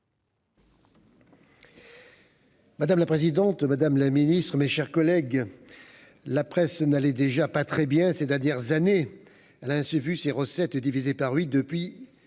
Madame la présidente, Madame la Ministre, mes chers collègues, la presse n'allait déjà pas très bien ces dernières années, elle a ainsi vu ses recettes divisées par 8 depuis